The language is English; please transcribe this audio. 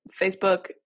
facebook